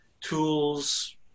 tools